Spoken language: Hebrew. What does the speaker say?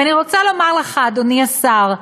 ואני רוצה לומר לך, אדוני השר,